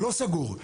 לא סגור.